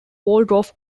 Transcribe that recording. waldorf